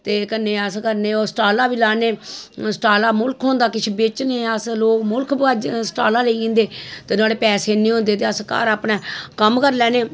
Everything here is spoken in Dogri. ते कन्ने अस करने ओग् शटाला बी राह्ने शटाला मुलख होंदा किश बेचने अस लोग मुलख शटाला लेई जंदे ते नोहाड़े पैसे इन्ने होंदे ते अस घर अपनै कम्म करी लैन्ने